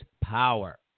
power